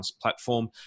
platform